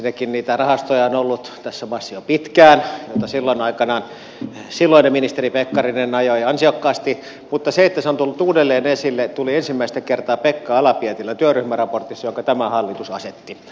ensinnäkin tässä maassa on ollut jo pitkään niitä rahastoja joita aikanaan silloinen ministeri pekkarinen ajoi ansiokkaasti mutta se että se on tullut uudelleen esille tapahtui ensimmäistä kertaa pekka ala pietilän työryhmäraportissa ja sen työryhmän tämä hallitus asetti